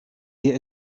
wir